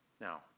now